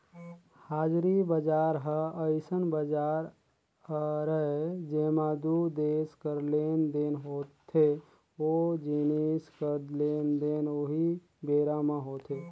हाजिरी बजार ह अइसन बजार हरय जेंमा दू देस कर लेन देन होथे ओ जिनिस कर लेन देन उहीं बेरा म होथे